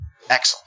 excellent